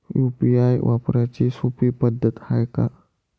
UPI वापराची सोपी पद्धत हाय का?